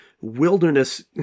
wilderness